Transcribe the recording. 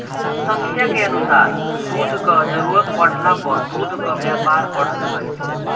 जनसंख्या के अनुसार दूध कअ जरूरत बढ़ला पअ दूध कअ व्यापार बढ़त गइल